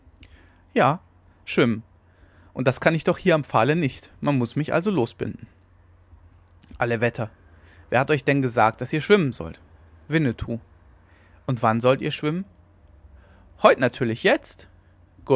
ja schwimmen und das kann ich doch hier am pfahle nicht man muß mich also losbinden alle wetter wer hat euch denn gesagt daß ihr schwimmen sollt winnetou und wann sollt ihr schwimmen heut natürlich jetzt